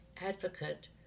advocate